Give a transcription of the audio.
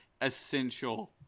essential